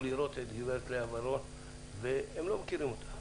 לראות את גברת לאה ורון והם לא מכירים אותה